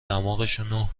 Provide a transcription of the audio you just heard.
دماغشونو